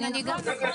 לאזרחים ותיקים.